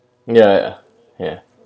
ya ya ya